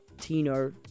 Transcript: Tino